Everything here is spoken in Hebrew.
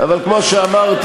אבל כמו שאמרתי,